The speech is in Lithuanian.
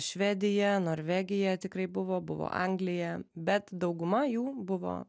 švedija norvegija tikrai buvo buvo anglija bet dauguma jų buvo